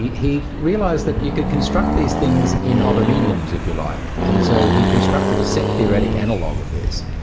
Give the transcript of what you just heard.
he he realised that you could construct these things in other mediums, if you like, and so he constructed a set theoretical analogue of this,